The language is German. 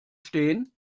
stehen